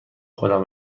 خودم